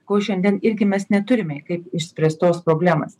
ko šiandien irgi mes neturime kaip išspręstos problemas